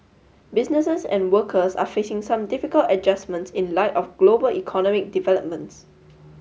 businesses and workers are facing some difficult adjustments in light of global economic developments